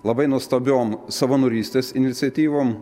labai nuostabiom savanorystės iniciatyvom